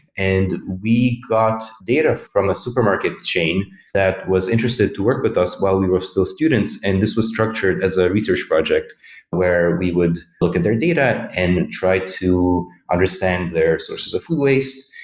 and we got data from a supermarket chain that was interested to work with us while we were still students, and this was structured as a research project where we would look at their data and try to understand their sources of food waste,